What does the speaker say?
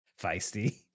feisty